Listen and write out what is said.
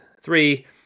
three